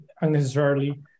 unnecessarily